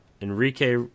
Enrique